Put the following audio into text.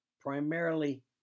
primarily